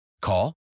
Call